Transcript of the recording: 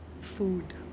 Food